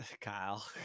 Kyle